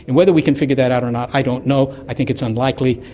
and whether we can figure that out or not, i don't know. i think it's unlikely.